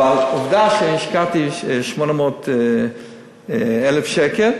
אבל עובדה שהשקעתי 800,000 שקל.